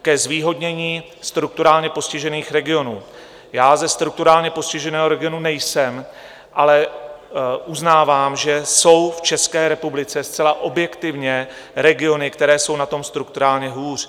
Ke zvýhodnění strukturálně postižených regionů já ze strukturálně postiženého regionu nejsem, ale uznávám, že jsou v České republice zcela objektivně regiony, které jsou na tom strukturálně hůř.